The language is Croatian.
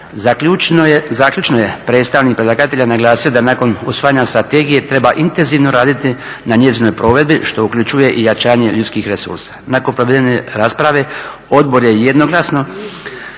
Zaključno je predstavnik predlagatelja naglasio da nakon usvajanja strategije treba intenzivno raditi na njezinoj provedbi što uključuje i jačanje ljudskih resursa. Nakon provedene rasprave odbor je jednoglasno